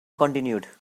continued